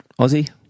Aussie